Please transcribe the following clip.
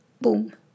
boom